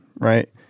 right